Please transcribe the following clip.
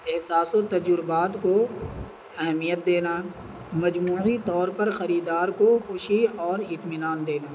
احساس و تجربات کو اہمیت دینا مجموعی طور پر خریدار کو خوشی اور اطمینان دینا